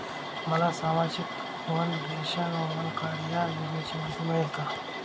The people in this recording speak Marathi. मला सामाजिक वन नेशन, वन कार्ड या योजनेची माहिती मिळेल का?